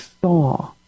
saw